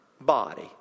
body